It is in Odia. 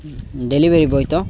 ଡେଲିଭରି ବଏ ତ